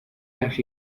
las